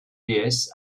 déesse